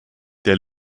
der